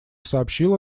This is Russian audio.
сообщила